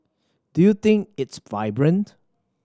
do you think it's vibrant